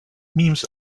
memes